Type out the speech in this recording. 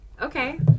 Okay